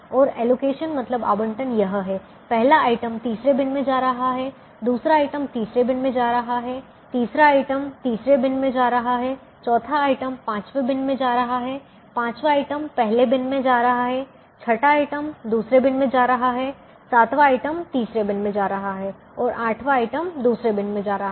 और एलोकेशन मतलब आवंटन यह है पहला आइटम तीसरे बिन में जा रहा है दूसरा आइटम तीसरे बिन में जा रहा है तीसरा आइटम तीसरे बिन में जा रहा है चौथा आइटम पांचवें बिन में जा रहा है पांचवां आइटम पहले बिन में जा रहा है छठा आइटम दूसरे बिन में जा रहा है सातवा आइटम तीसरे बिन में जा रहा है और आठवां आइटम दूसरे बिन में जा रहा है